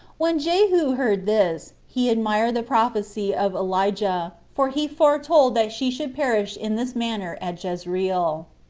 when jehu heard this, he admired the prophecy of elijah, for he foretold that she should perish in this manner at jezreel.